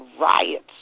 riots